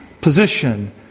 position